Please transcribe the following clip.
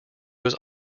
was